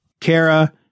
Kara